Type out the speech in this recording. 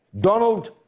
Donald